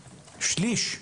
שליש.